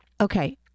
Okay